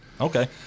Okay